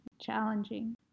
challenging